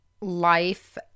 life